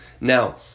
now